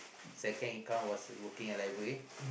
second income was working at library